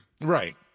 Right